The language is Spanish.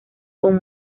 con